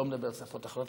אני לא מדבר שפות אחרות,